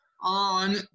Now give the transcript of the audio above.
on